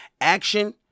action